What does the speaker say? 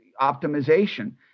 optimization